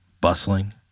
bustling